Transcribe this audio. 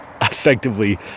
effectively